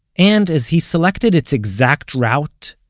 and, as he selected its exact route,